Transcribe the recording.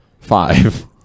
Five